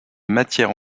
matière